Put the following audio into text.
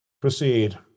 Proceed